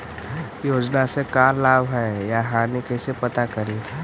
योजना से का लाभ है या हानि कैसे पता करी?